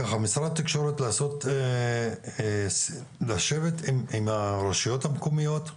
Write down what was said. משרד התקשורת לשבת עם הרשויות המקומיות,